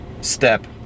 step